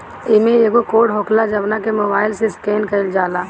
इमें एगो कोड होखेला जवना के मोबाईल से स्केन कईल जाला